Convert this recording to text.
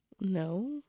No